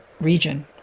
region